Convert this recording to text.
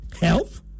Health